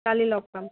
কালি লগ পাম